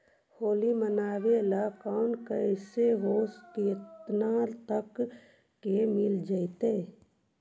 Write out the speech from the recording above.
होली मनाबे ल लोन कैसे औ केतना तक के मिल जैतै?